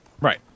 Right